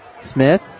Smith